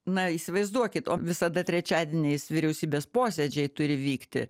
na įsivaizduokit o visada trečiadieniais vyriausybės posėdžiai turi vykti